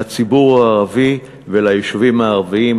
לציבור הערבי וליישובים הערביים,